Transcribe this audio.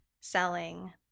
selling